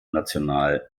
national